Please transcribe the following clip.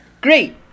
Great